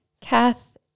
Kath